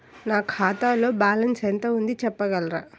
నా ఖాతాలో బ్యాలన్స్ ఎంత ఉంది చెప్పగలరా?